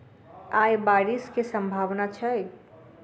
आय बारिश केँ सम्भावना छै?